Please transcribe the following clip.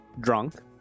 drunk